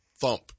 thump